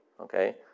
Okay